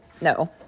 No